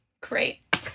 Great